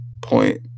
point